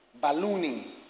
Ballooning